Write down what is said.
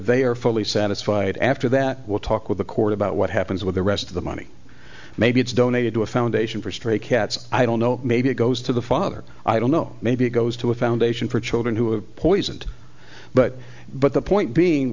they are fully satisfied after that we'll talk with the court about what happens with the rest of the money maybe it's donated to a foundation for stray cats i don't know maybe it goes to the father i don't know maybe goes to a foundation for children who have poisoned but but the point being